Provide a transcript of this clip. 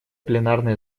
пленарное